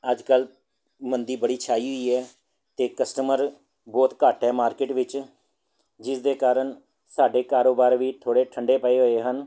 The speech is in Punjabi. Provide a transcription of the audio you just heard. ਅੱਜ ਕੱਲ੍ਹ ਮੰਦੀ ਬੜੀ ਛਾਈ ਹੋਈ ਹੈ ਅਤੇ ਕਸਟਮਰ ਬਹੁਤ ਘੱਟ ਹੈ ਮਾਰਕੀਟ ਵਿੱਚ ਜਿਸ ਦੇ ਕਾਰਨ ਸਾਡੇ ਕਾਰੋਬਾਰ ਵੀ ਥੋੜ੍ਹੇ ਠੰਡੇ ਪਏ ਹੋਏ ਹਨ